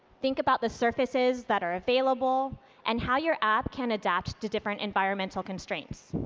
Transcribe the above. think about the surfaces that are available and how your app can adapt to different environmental constraints.